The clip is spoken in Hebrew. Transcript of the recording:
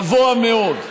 גבוה מאוד.